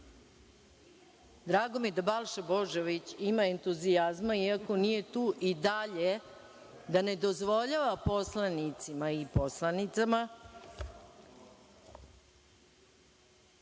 mi je da Balša Božović ima entuzijazma iako nije tu i dalje da ne dozvoljava poslanicima i poslanicama